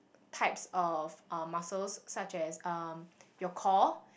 types of uh muscles such as um your core